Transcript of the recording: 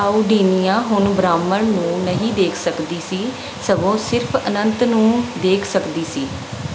ਕਾਉਂਡਿਨਿਆ ਹੁਣ ਬ੍ਰਾਹਮਣ ਨੂੰ ਨਹੀਂ ਦੇਖ ਸਕਦੀ ਸੀ ਸਗੋਂ ਸਿਰਫ ਅਨੰਤ ਨੂੰ ਦੇਖ ਸਕਦੀ ਸੀ